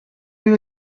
you